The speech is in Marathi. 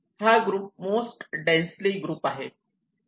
हा ग्रुप मोस्ट डेन्सली ग्रुप आहे